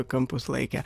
kampus laikė